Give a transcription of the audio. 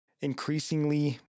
increasingly